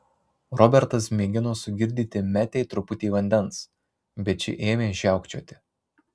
robertas mėgino sugirdyti metei truputį vandens bet ši ėmė žiaukčioti